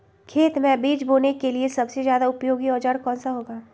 खेत मै बीज बोने के लिए सबसे ज्यादा उपयोगी औजार कौन सा होगा?